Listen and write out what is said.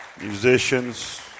musicians